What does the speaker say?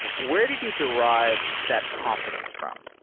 where did you derive that confidence from?